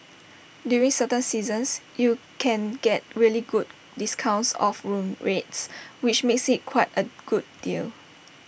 during certain seasons you can get really good discounts off room rates which makes IT quite A good deal